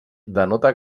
denota